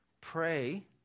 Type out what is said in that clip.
pray